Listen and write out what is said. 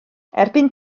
erbyn